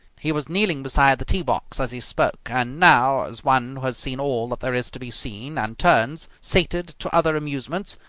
he was kneeling beside the tee box as he spoke, and now, as one who has seen all that there is to be seen and turns, sated, to other amusements,